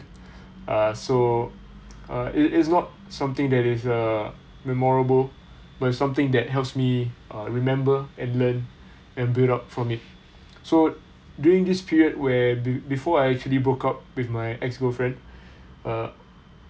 uh so err it is not something that is uh memorable but it's something that helps me uh remember and learn and build up from it so during this period where before I actually broke up with my ex girlfriend err